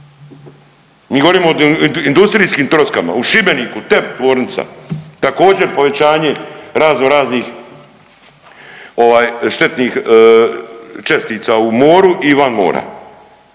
mi govorimo o industrijskim troskama, u Šibeniku TEP tvornica, također povećanje raznoraznih štetnih čestica u moru i van mora.